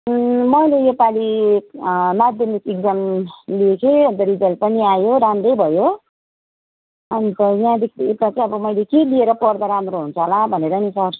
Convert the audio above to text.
मैले योपालि माध्यमिक इक्जाम दिएको थिएँ अन्त रिजल्ट पनि आयो राम्रै भयो अन्त यहाँदेखि उता चाहिँ अब मैले के लिएर पढ्दा राम्रो हुन्छ होला भनेर नि सर